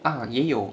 ah 也有